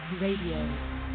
Radio